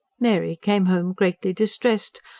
mary came home greatly distressed,